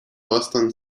boston